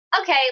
okay